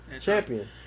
champion